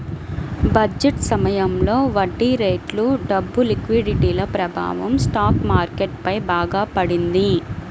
budget సమయంలో వడ్డీరేట్లు, డబ్బు లిక్విడిటీల ప్రభావం స్టాక్ మార్కెట్ పై బాగా పడింది